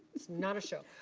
it's not a show.